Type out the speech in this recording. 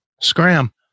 Scram